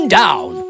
down